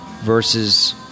versus